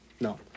No